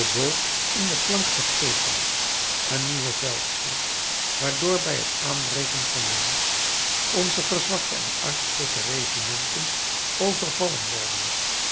in den flank gegrepen een nieuwe veldslag waardoor bij het aanbreken van den nacht onze verzwakte en uitgeputte regimenten overvallen werden